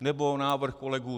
Nebo návrh kolegů.